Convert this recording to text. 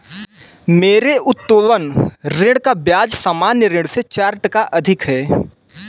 मेरे उत्तोलन ऋण का ब्याज सामान्य ऋण से चार टका अधिक है